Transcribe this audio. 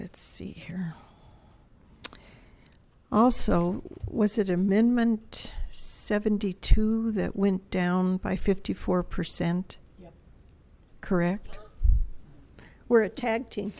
let's see here also was it amendment seventy two that went down by fifty four percent correct we're a tag team